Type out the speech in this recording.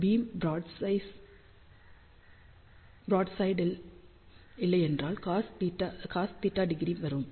beam broadside ல் இல்லையென்றால் cos θ0 வருகிறது